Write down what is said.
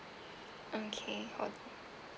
okay hold